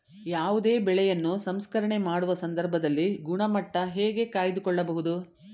ಯಾವುದೇ ಬೆಳೆಯನ್ನು ಸಂಸ್ಕರಣೆ ಮಾಡುವ ಸಂದರ್ಭದಲ್ಲಿ ಗುಣಮಟ್ಟ ಹೇಗೆ ಕಾಯ್ದು ಕೊಳ್ಳಬಹುದು?